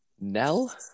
Nell